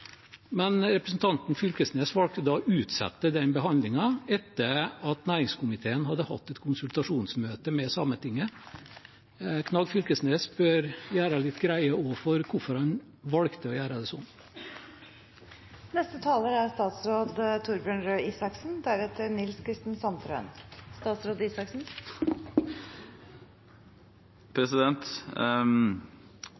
Men representanten Knag Fylkesnes valgte da å utsette den behandlingen etter at næringskomiteen hadde hatt et konsultasjonsmøte med Sametinget. Knag Fylkesnes bør gjøre greie for hvorfor han valgte å gjøre det slik. Jeg ble beskyldt for å være selvtilfreds, og det har jeg overhodet ikke lyst til å ha på meg. Jeg er